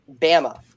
Bama